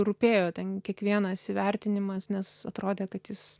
rūpėjo ten kiekvienas įvertinimas nes atrodė kad jis